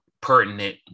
pertinent